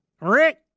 Rick